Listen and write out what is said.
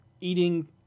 eating